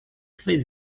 swej